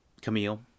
Camille